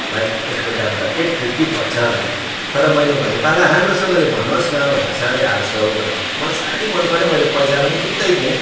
भाइ यसको दाम त एट फिफ्टी पर्छ भन्यो तर मैले भनेँ पाला राम्रोसँगले भन्नुहोस् न भन्दा साँढे आठ सौ भन्यो मलाई साह्रै मन पऱ्यो मैले पैसा पनि फुत्तै दिएँ